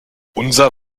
unser